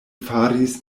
faris